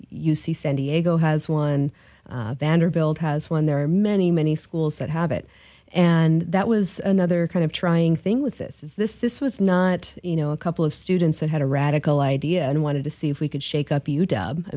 c san diego has one vanderbilt has one there are many many schools that have it and that was another kind of trying thing with this is this this was not you know a couple of students that had a radical idea and wanted to see if we could shake up you deb i